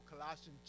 Colossians